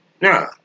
No